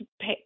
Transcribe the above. pay